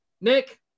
Nick